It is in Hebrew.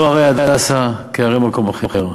לא הרי "הדסה" כהרי מקום אחר,